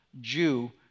Jew